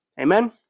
Amen